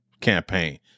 campaign